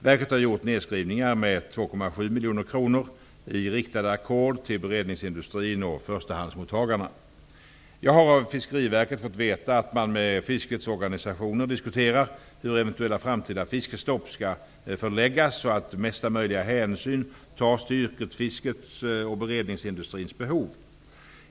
Verket har gjort nedskrivningar med 2,7 miljoner kronor i riktade ackord till beredningdsindustrin och förstahandsmottagarna. Jag har av Fiskeriverket fått veta att man med fiskets organisationer diskuterar hur eventuella framtida fiskestopp skall förläggas så att mesta möjliga hänsyn tas till yrkesfiskets och beredningsindustrins behov.